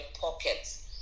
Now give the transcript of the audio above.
pockets